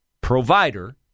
provider